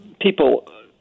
people